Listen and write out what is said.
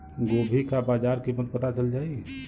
गोभी का बाजार कीमत पता चल जाई?